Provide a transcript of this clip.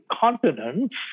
continents